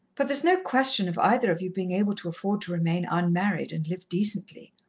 but there's no question of either of you being able to afford to remain unmarried, and live decently.